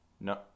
No